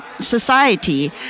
society